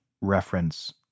reference